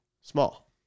Small